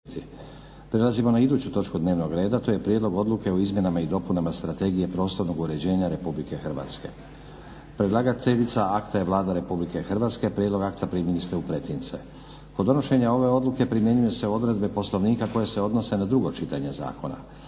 Prelazimo na iduću točku dnevnog reda. To je - Prijedlog Odluke o izmjenama i dopunama Strategije prostornog uređenja Republike Hrvatske; Predlagateljica akta je Vlada Republike Hrvatske. Prijedlog akta primili ste u pretince. Kod donošenja ove odluke primjenjuju se odredbe Poslovnika koje se odnose na drugo čitanje zakona.